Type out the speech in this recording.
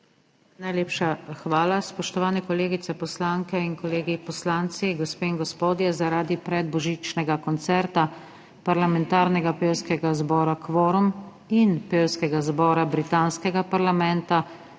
Najlepša hvala. Spoštovane kolegice poslanke in kolegi poslanci, gospe in gospodje, zaradi predbožičnega koncerta parlamentarnega pevskega zbora Kvorum in pevskega zbora britanskega parlamenta